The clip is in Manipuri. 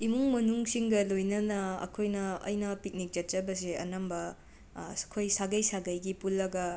ꯏꯃꯨꯡ ꯃꯅꯨꯡꯁꯤꯡꯒ ꯂꯣꯏꯅꯅ ꯑꯩꯈꯣꯏꯅ ꯑꯩꯅ ꯄꯤꯛꯅꯤꯛ ꯆꯠꯆꯕꯁꯦ ꯑꯅꯝꯕ ꯑꯩꯈꯣꯏ ꯁꯥꯒꯩ ꯁꯥꯒꯩꯒꯤ ꯄꯨꯜꯂꯒ